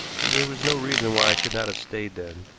when there was no reason why i should not have stayed then,